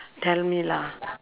tell me lah